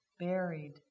buried